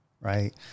right